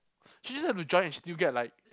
she doesn't have to join and she still get like